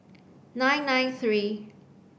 nine nine three